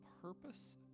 purpose